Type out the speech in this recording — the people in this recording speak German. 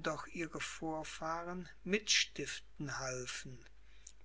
doch ihre vorfahren mitstiften halfen